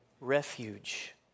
Refuge